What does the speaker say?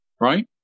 Right